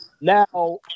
Now